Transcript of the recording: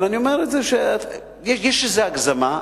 אני אומר שיש איזו הגזמה,